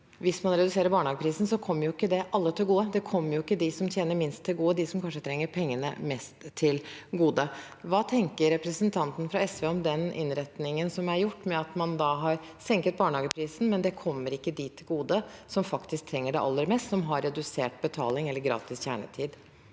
hvis man reduserer barnehageprisen, kommer det jo ikke alle til gode. Det kommer ikke dem som tjener minst, til gode – dem som kanskje trenger pengene mest. Hva tenker representanten fra SV om den innretningen som er gjort? Man har senket barnehageprisen, men det kommer ikke dem som faktisk trenger det aller mest, som har redusert betaling eller gratis kjernetid,